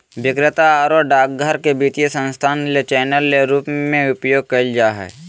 विक्रेता आरो डाकघर के वित्तीय संस्थान ले चैनल के रूप में उपयोग कइल जा हइ